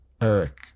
Eric